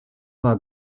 war